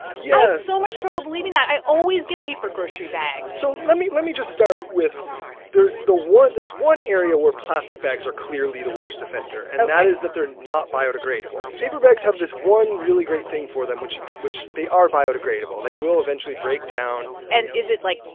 yeah so much trouble believing that. i always get paper grocery bags so let me let me just start with there's the one there's one area where plastic bags are clearly the worst offender. ok. and that is that they're not biodegradable. paper bags have this one really great thing for them, which is which they are biodegradable. they will eventually break down and is it, like,